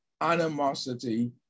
animosity